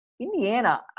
Indiana